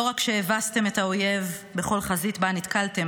לא רק שהבסתם את האויב בכל חזית שבה נתקלתם,